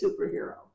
superhero